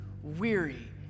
weary